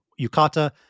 yukata